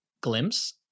glimpse